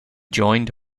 joined